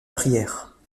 prière